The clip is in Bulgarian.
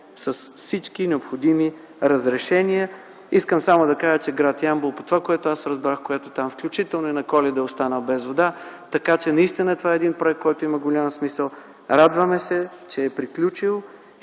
с всички необходими разрешения. Искам да кажа само, че гр. Ямбол, по това, което аз разбрах, включително и на Коледа е останал без вода, така че наистина това е един проект, който има голям смисъл. Радваме се, че е приключил